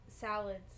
salads